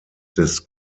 des